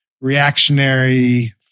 reactionary